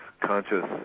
conscious